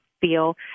feel